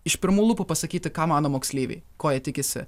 iš pirmų lūpų pasakyti ką mano moksleiviai ko jie tikisi